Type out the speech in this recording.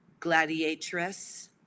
gladiatress